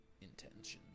intentions